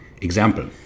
Example